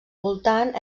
voltant